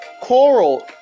Coral